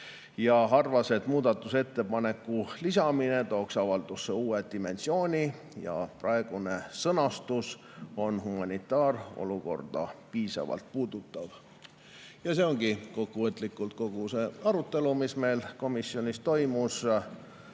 arvas, et muudatusettepaneku lisamine tooks avaldusse uue dimensiooni, praegune sõnastus puudutab humanitaarolukorda piisavalt. See ongi kokkuvõtlikult kogu arutelu, mis meil komisjonis toimus.